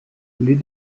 les